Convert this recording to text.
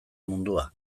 mundua